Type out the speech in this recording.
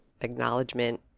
acknowledgement